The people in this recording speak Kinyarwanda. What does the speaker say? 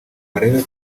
arebe